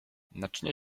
naczynie